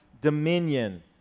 dominion